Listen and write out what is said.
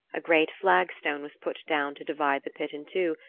a great flagstone was put down to divide the pit in two,